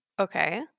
Okay